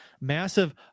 massive